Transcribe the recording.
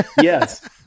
Yes